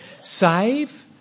save